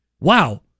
wow